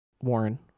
Warren